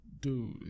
Dude